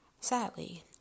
sadly